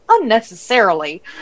unnecessarily